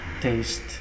taste